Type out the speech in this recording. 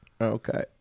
Okay